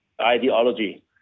ideology